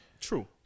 True